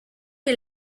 est